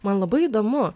man labai įdomu